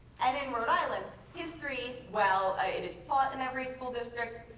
and in rhode island history while it is taught in every school district,